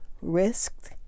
risked